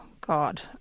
God